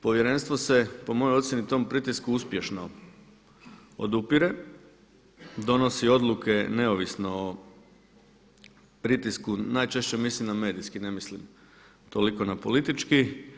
Povjerenstvo se po mojoj ocjeni tom pritisku uspješno odupire, donosi odluke neovisno o pritisku, najčešće mislim na medijski, ne mislim toliko na politički.